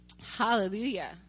Hallelujah